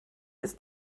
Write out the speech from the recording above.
ist